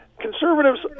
Conservatives